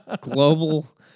global